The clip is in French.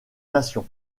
nation